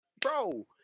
bro